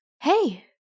hey